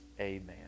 amen